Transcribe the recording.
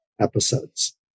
episodes